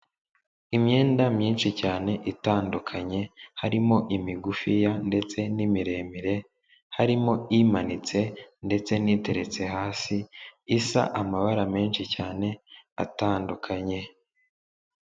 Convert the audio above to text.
Imyenda myinshi cyane itandukanye, harimo imigufiya ndetse n'imiremire, harimo imanitse ndetse n'iteretse hasi, isa amabara menshi cyane atandukanye.